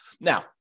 Now